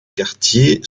quartiers